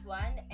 one